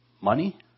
Money